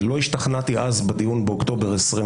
לא השתכנעתי אז, בדיון שהתקיים באוקטובר 2021